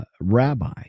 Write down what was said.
Rabbi